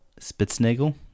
Spitznagel